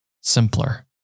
simpler